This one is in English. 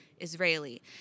Israeli